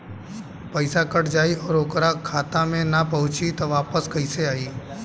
पईसा कट जाई और ओकर खाता मे ना पहुंची त वापस कैसे आई?